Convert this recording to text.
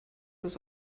das